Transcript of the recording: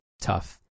tough